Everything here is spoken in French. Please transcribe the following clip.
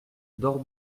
dors